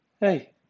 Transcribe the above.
hey